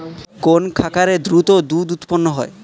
কোন খাকারে দ্রুত দুধ উৎপন্ন করে?